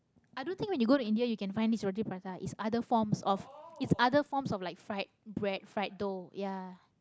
i don't think when you go to india you can find this roti-prata is other forms of is other forms of like fried bread fried dough